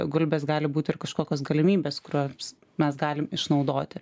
gulbės gali būt ir kažkokios galimybės kurioms mes galim išnaudoti